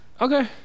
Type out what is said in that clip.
Okay